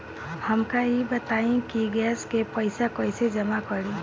हमका ई बताई कि गैस के पइसा कईसे जमा करी?